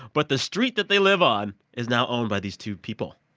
but the street that they live on is now owned by these two people,